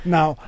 Now